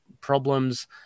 problems